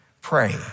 Pray